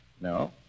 No